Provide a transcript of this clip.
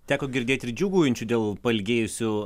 teko girdėti ir džiūgaujančių dėl pailgėjusių